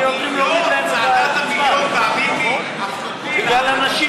מה כואב לך?